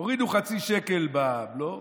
הורידו חצי שקל בבלו,